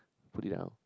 put it out